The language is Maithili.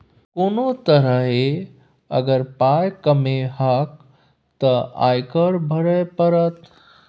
कोनो तरहे अगर पाय कमेबहक तँ आयकर भरइये पड़त